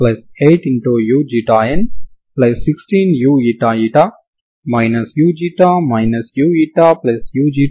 fx00 అవుతుంది మరియు gx కూడా ఈ రెండు షరతులను సంతృప్తి పరుస్తుంది